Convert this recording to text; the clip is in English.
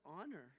honor